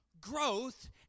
Growth